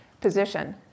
position